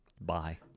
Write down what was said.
Bye